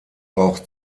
auch